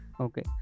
Okay